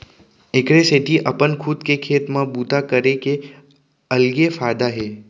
एखरे सेती अपन खुद के खेत म बूता करे के अलगे फायदा हे